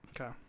Okay